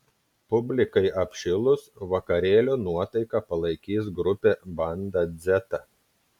publikai apšilus vakarėlio nuotaiką palaikys grupė banda dzeta